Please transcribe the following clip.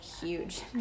huge